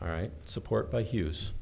all right support by hughes